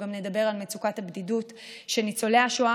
נדבר גם על מצוקת הבדידות שניצולי השואה,